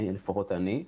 לפחות אני.